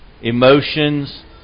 emotions